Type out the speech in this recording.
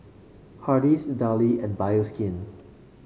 Hardy's Darlie and Bioskin